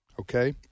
Okay